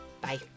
Bye